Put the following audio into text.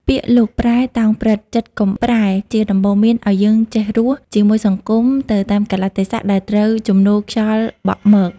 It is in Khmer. ពាក្យ លោកប្រែ តោងព្រឹត្តិ ចិត្តកុំប្រែ ជាដំបូន្មានឲ្យយើង "ចេះរស់" ជាមួយសង្គមទៅតាមកាលៈទេសៈដែលត្រូវជំនោរខ្យល់បក់មក។